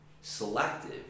selective